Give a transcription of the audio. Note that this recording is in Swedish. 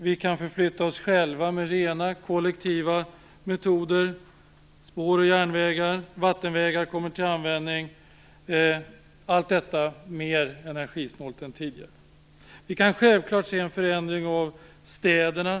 Vi kan förflytta oss själva med rena kollektiva metoder - spår och järnvägar och vattenvägar kommer till användning. Allt detta är mer energisnålt än tidigare. Vi kan självklart se en förändring av städerna.